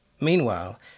Meanwhile